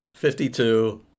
52